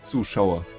Zuschauer